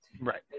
Right